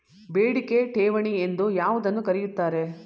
ಬೇಡಿಕೆ ಠೇವಣಿ ಎಂದು ಯಾವುದನ್ನು ಕರೆಯುತ್ತಾರೆ?